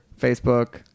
Facebook